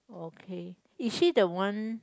okay is she the one